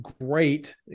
great